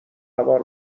هوار